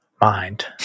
mind